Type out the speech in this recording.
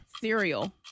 cereal